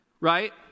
right